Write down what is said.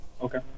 Okay